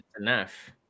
enough